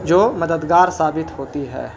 جو مددگار ثابت ہوتی ہے